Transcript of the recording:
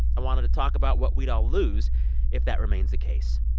i wanted to talk about what we'd all lose if that remains the case,